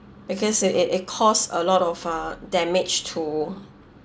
because it it cause a lot of uh damage to